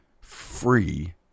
free